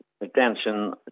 attention